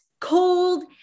cold